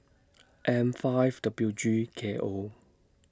M five W G K O